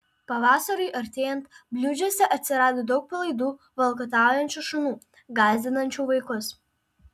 pavasariui artėjant bliūdžiuose atsirado daug palaidų valkataujančių šunų gąsdinančių vaikus